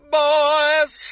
boys